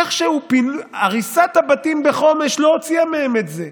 איכשהו הריסת הבתים בחומש לא הוציאה מהם את זה?